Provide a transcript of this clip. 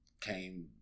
came